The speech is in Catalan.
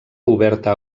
oberta